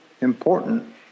important